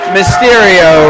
Mysterio